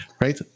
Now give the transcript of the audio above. right